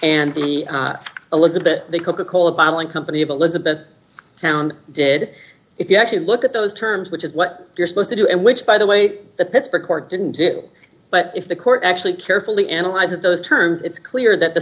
and the elizabeth the coca cola bottling company of elizabeth town did if you actually look at those terms which is what you're supposed to do and which by the way the pittsburgh court didn't do it but if the court actually carefully analyze of those terms it's clear that the